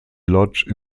lodge